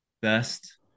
best